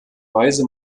weise